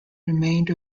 remained